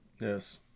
Yes